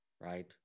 right